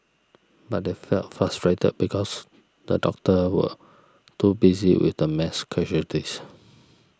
but they felt frustrated because the doctors were too busy with the mass casualties